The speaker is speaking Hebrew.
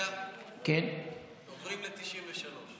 עוברים ל-93.